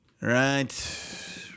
Right